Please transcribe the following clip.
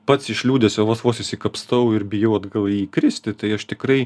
pats iš liūdesio vos vos išsikapstau ir bijau atgal į jį įkristi tai aš tikrai